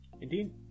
Indeed